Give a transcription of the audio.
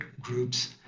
groups